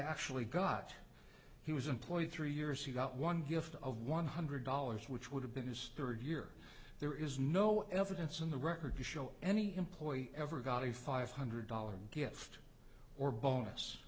actually got he was employed three years he got one gift of one hundred dollars which would have been his third year there is no evidence in the record to show any employee ever got a five hundred dollars gift or bonus